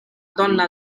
donna